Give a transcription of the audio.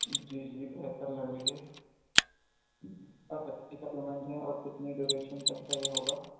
جی جی بہتر لگ رہی ہے کتنے کا پیمنٹ ہے اور کتنے ڈوریشن تک کا یہ ہوگا